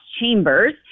chambers